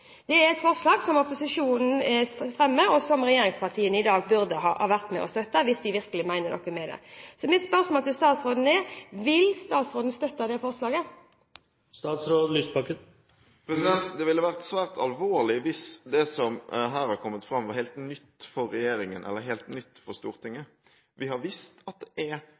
Det er et forslag som opposisjonen fremmer, og som regjeringspartiene i dag burde ha vært med på å støtte hvis de virkelig mener noe med dette. Mitt spørsmål til statsråden er: Vil statsråden støtte det forslaget? Det ville vært svært alvorlig hvis det som her er kommet fram, var helt nytt for regjeringen eller helt nytt for Stortinget. Vi har visst at det er